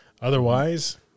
Otherwise